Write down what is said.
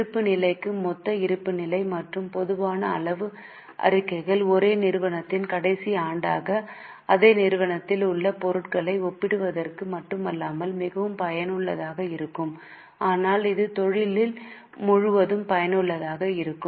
இருப்பு நிலைக்கு மொத்த இருப்புநிலை மற்றும் பொதுவான அளவு அறிக்கைகள் ஒரே நிறுவனத்தின் கடைசி ஆண்டான அதே நிறுவனத்தில் உள்ள பொருட்களை ஒப்பிடுவதற்கு மட்டுமல்லாமல் மிகவும் பயனுள்ளதாக இருக்கும் ஆனால் இது தொழில் முழுவதும் பயனுள்ளதாக இருக்கும்